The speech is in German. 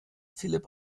philipp